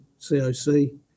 COC